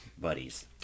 buddies